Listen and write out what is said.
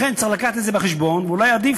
לכן, צריך להביא את זה בחשבון, ואולי עדיף,